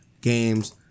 games